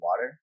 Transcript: water